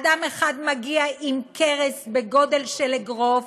אדם אחד מגיע עם קרס בגודל של אגרוף,